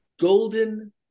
golden